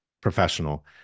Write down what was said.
professional